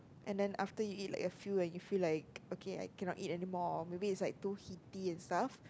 and then after he eat like a few and he feel like okay I cannot eat anymore or maybe it's like too heaty and stuff